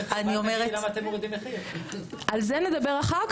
--- למה אתם מורידים --- על זה נדבר אחר כך,